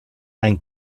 ein